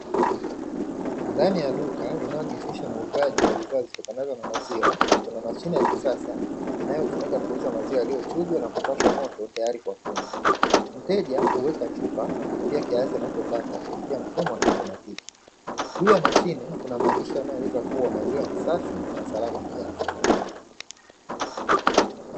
Ndani ya duka linalojihusisha na uuzaji wa bidhaa zitokanazo na maziwa kuna mashine ya kisasa inayotumika kuuza maziwa yaliyochujwa na kupashwa moto tayari kwa kunywa mteja, kuweka chupa na kulipia kiasi anachotaka kupitia mfumo juu ya mashine kuna maandishi yanayoweza kuwa maziwa ni safi na salama.